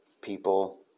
people